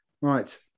right